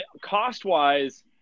cost-wise